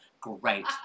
great